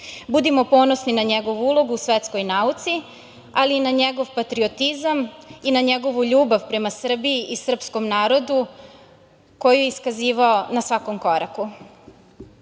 Budimo ponosni na njegovu ulogu u svetskoj nauci, ali i njegov patriotizam i njegovu ljubav prema Srbiji i srpskom narodu, koji je iskazivao na svakom koraku. Mihajlo